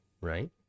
Right